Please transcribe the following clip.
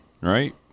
right